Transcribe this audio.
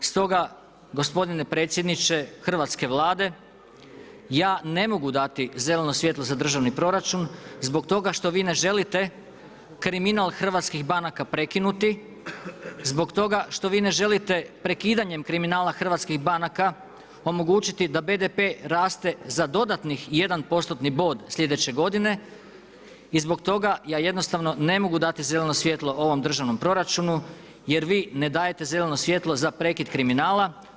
Stoga gospodine predsjedniče hrvatske Vlade, ja ne mogu dati zeleno svjetlo za državni proračun zbog toga što vi ne želite kriminal hrvatskih banaka prekinuti, zbog toga što vi ne želite prekidanjem kriminala hrvatskih banaka omogućiti da BDP raste za dodatnih jedan postotni bod sljedeće godine i zbog toga ja jednostavno ne mogu dati zeleno svjetlo ovom državnom proračunu jer vi ne dajte zeleno svjetlo za prekid kriminala.